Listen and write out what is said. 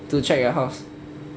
to check your house